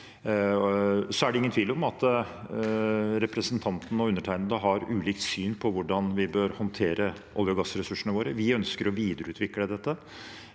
Det er ingen tvil om at representanten og undertegnede har ulikt syn på hvordan vi bør håndtere olje- og gassressursene våre. Vi ønsker å videreutvikle dette.